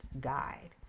guide